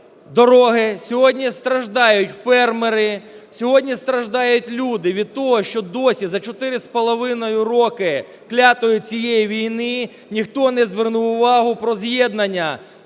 дороги, сьогодні страждають фермери, сьогодні страждають люди від того, що досі за 4,5 роки клятої цієї війни ніхто не звернув увагу про з'єднання